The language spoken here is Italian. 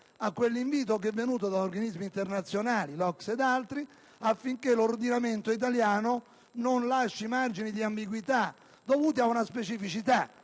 a quell'invito che è venuto da organismi internazionali, l'OCSE ed altri, affinché l'ordinamento italiano non lasci margini di ambiguità dovuti a una specificità